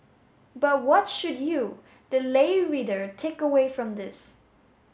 but what should you the lay reader take away from this